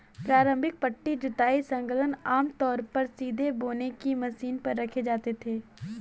प्रारंभिक पट्टी जुताई संलग्नक आमतौर पर सीधे बोने की मशीन पर रखे जाते थे